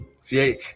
See